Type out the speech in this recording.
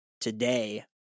today